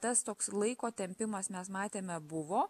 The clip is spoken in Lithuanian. tas toks laiko tempimas mes matėme buvo